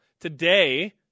Today